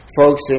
folks